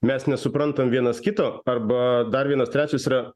mes nesuprantam vienas kito arba dar vienas trečias yra